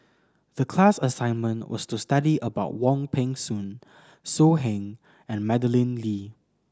the class assignment was to study about Wong Peng Soon So Heng and Madeleine Lee